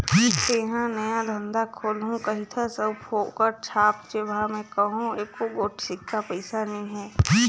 तेंहा नया धंधा खोलहू कहिथस अउ फोकट छाप जेबहा में कहों एको गोट सिक्का पइसा नी हे